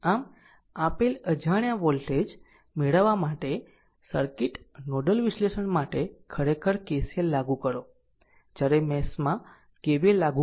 આમ આપેલ અજાણ્યા વોલ્ટેજ મેળવવા માટે સર્કિટ નોડલ વિશ્લેષણ માટે ખરેખર KCL લાગુ કરો જ્યારે મેશ માં KVL લાગુ કરો